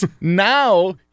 now